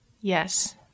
Yes